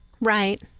Right